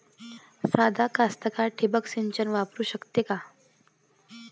सादा कास्तकार ठिंबक सिंचन वापरू शकते का?